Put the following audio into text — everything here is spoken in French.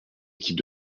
équipe